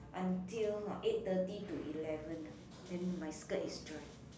until eight thirty to eleven leh then my skirt is dry